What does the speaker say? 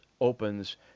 Opens